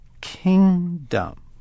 kingdom